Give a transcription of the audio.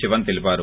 శివన్ తెలిపారు